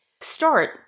Start